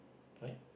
right